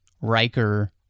Riker